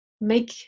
make